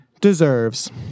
deserves